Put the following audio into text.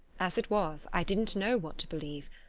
as it was, i didn't know what to believe,